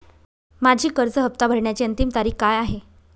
माझी कर्ज हफ्ता भरण्याची अंतिम तारीख काय आहे?